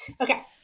Okay